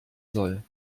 soll